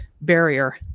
barrier